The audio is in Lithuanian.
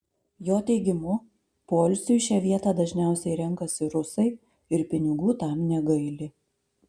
jo teigimu poilsiui šią vietą dažniausiai renkasi rusai ir pinigų tam negaili